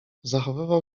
zachowywał